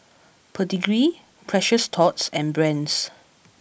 Pedigree Precious Thots and Brand's